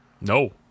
No